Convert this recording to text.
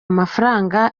amafaranga